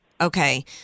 Okay